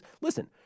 Listen